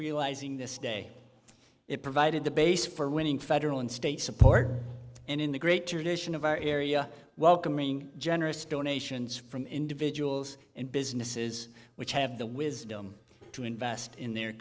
realizing this day it provided the basis for winning federal and state support and in the great tradition of our area welcoming generous donations from individuals and businesses which have the wisdom to invest in their